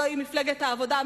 הלוא היא מפלגת העבודה,